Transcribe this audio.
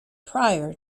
prior